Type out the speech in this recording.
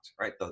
right